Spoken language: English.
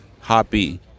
happy